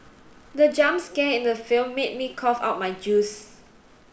the jump scare in the film made me cough out my juice